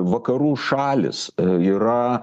vakarų šalys yra